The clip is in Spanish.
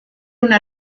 una